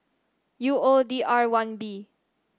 U O D R one B